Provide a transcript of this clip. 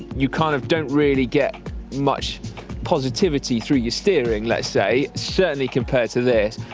you kind of don't really get much positivity through your steering, let's say, certainly compared to this.